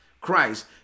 Christ